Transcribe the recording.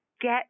get